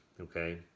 okay